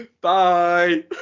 Bye